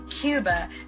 Cuba